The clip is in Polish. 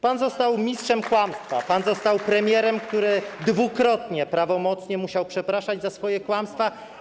Pan został mistrzem kłamstwa, pan został premierem, który dwukrotnie prawomocnie musiał przepraszać za swoje kłamstwa.